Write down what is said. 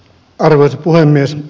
arvoisa puhemies